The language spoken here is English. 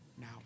now